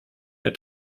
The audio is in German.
mehr